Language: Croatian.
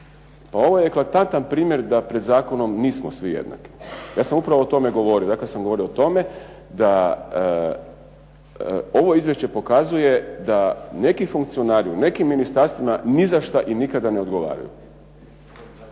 Pa ovo je eklatantan primjer da pred zakonom nismo svi jednaki. Ja sam upravo o tome govorio. Dakle, ja sam govorio o tome da ovo izvješće pokazuje, da neki funkcionari u nekim ministarstvima ni za šta i nikada ne odgovaraju.